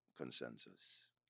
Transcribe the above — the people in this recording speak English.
consensus